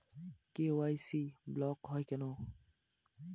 KYC block হয় কেনে?